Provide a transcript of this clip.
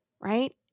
Right